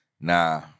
Nah